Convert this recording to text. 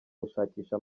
gushakisha